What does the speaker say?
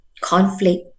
conflict